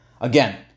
again